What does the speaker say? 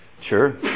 Sure